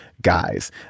guys